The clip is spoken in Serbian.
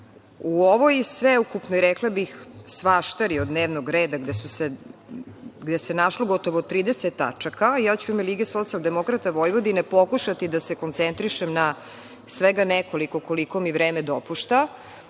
U ovoj sveukupnoj, rekla bih, svaštari od dnevnog reda, gde se našlo gotovo 30 tačaka, ja ću u ime LSV pokušati da se koncentrišem na svega nekoliko, koliko mi vreme dopušta.